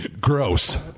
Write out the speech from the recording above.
gross